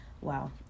Wow